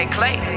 Clay